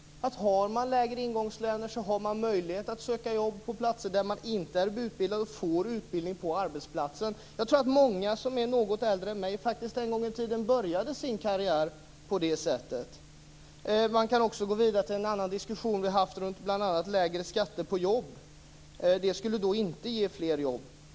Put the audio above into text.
Har man lägre ingångslöner har man möjlighet att söka jobb på platser som man inte är utbildad för och få utbildning på arbetsplatsen. Jag tror att många som är något äldre än jag faktiskt en gång i tiden började sin karriär på det sättet. Man kan också gå vidare till en annan diskussion som vi haft om bl.a. lägre skatter på jobb. Det skulle då inte ge fler jobb.